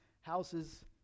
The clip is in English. Houses